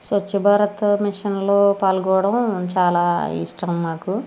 స్వచ్ఛభారత్ మిషన్లో పాల్గొనడం చాలా ఇష్టం నాకు